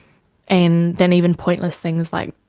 and then even pointless things like,